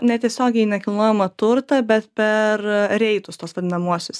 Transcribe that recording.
ne tiesiogiai į nekilnojamą turtą bet per reidus tuos vadinamuosius